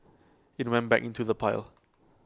IT went back into the pile